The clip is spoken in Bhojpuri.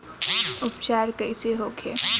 उपचार कईसे होखे?